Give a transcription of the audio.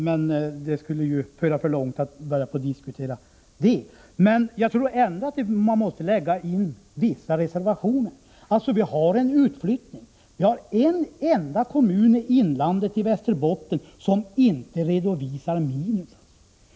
Men det skulle föra för långt att börja diskutera denna sak. Man måste emellertid ändå göra vissa reservationer. En utflyttning pågår. Det finns en enda kommun i Västerbottens inland som inte redovisar minus.